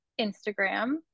Instagram